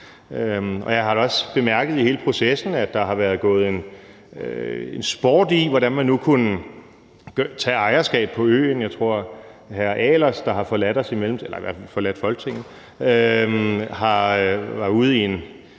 jeg har da også bemærket i hele processen, at der har været gået sport i, hvordan man nu kunne tage ejerskab over øen. Jeg tror, at hr. Tommy Ahlers, der i mellemtiden har forladt